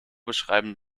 beschreiben